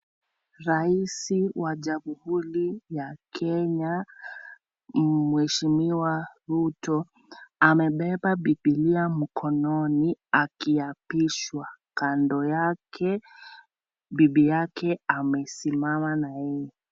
Rais wa jamuhuri ya Kenya mweshimiwa Ruto amebeba bibilia mkononi akiapishwa, kando yake bibi yake amesimama na yeye.